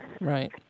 Right